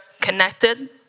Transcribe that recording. connected